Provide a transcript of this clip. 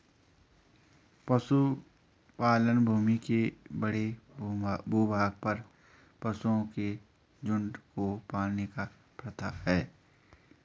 पशुपालन भूमि के बड़े भूभाग पर पशुओं के झुंड को पालने की प्रथा है